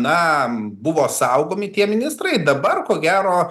na buvo saugomi tie ministrai dabar ko gero